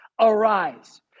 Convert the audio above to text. Arise